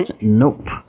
Nope